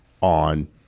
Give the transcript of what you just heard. on